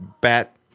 bat